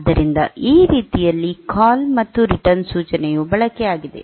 ಆದ್ದರಿಂದ ಈ ರೀತಿಯಲ್ಲಿ ಕಾಲ್ ಮತ್ತು ರಿಟರ್ನ್ ಸೂಚನೆಯು ಬಳಕೆಯಾಗಿದೆ